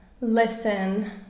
listen